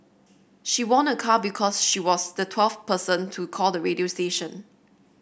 she won a car because she was the twelfth person to call the radio station